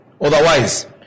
Otherwise